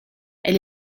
elle